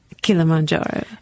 Kilimanjaro